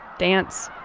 dance,